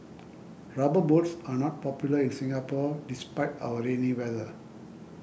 rubber boots are not popular in Singapore despite our rainy weather